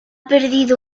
perdido